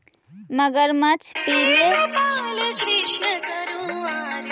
मगरमच्छ पीले ला बहुत से कानूनी प्रावधानों का पालन करे पडा हई